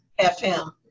FM